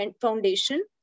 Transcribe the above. foundation